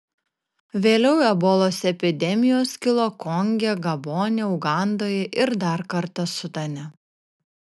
vėliau ebolos epidemijos kilo konge gabone ugandoje ir dar kartą sudane